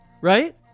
Right